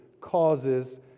causes